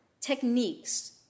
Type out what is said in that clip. techniques